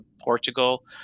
Portugal